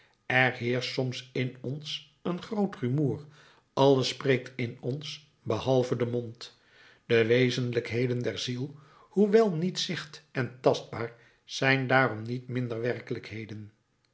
er heerscht soms in ons een groot rumoer alles spreekt in ons behalve de mond de wezenlijkheden der ziel hoewel niet zicht en tastbaar zijn daarom niet minder werkelijkheden